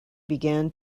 began